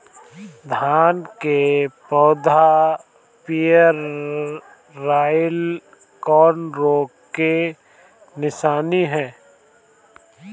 धान के पौधा पियराईल कौन रोग के निशानि ह?